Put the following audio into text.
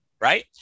right